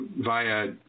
via